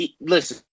listen